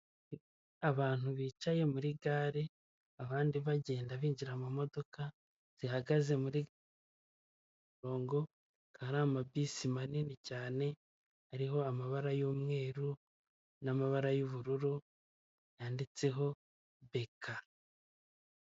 Abantu bicaye muri gare abandi bagenda binjira mu modoka zihagaze murirongo hari amabisi manini cyane ariho amabara y'umweru n'amabara y'ubururu yanditseho beka.